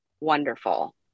wonderful